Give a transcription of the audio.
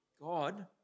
God